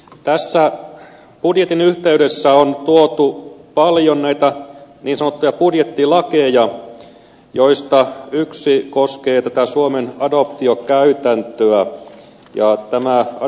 mitä saa budjetin yhteydessä on jo tullut paljon että visoko budjettilakeja joista yksi koskee tätä suomen nato optio käyttää työ ja tämä on